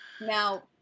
Now